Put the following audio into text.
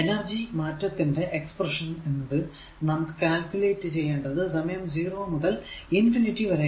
energy മാറ്റത്തിന്റെ expression എന്നത് നമുക്കു കാൽക്കുലേറ്റ് ചെയ്യേണ്ടത് സമയം 0 മുതൽ ഇൻഫിനിറ്റി വരെ ആണ്